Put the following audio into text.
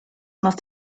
must